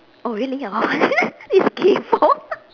oh really orh he's kaypoh